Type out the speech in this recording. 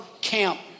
camp